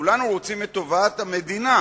כולנו רוצים את טובת המדינה,